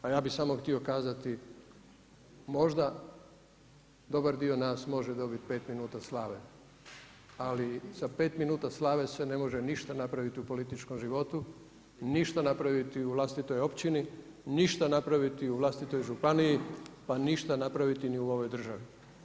Pa ja bih samo htio kazati možda dobar dio nas može dobit pet minuta slave, ali sa pet minuta slave se ne može ništa napraviti u političkom životu, ništa napraviti u vlastitoj općini, ništa napraviti u vlastitoj županiji, pa ništa napraviti ni u ovoj državi.